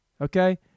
Okay